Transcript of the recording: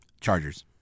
Chargers